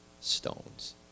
stones